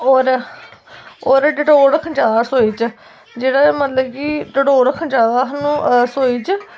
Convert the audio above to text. होर डटोल रक्खना चाहिदा रसोई च जेह्ड़ा मतलब कि डटोल रक्खना चाहिदा सानू रसोई च